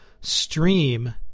stream